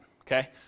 okay